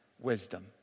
wisdom